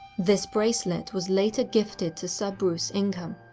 this bracelet was later gifted to sir bruce ingham,